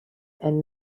and